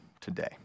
today